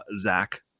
Zach